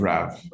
Rav